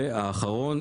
והאחרון,